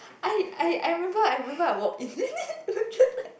I I I remember I remember I walk is it just like